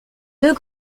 deux